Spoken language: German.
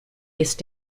ist